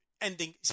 ending